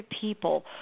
people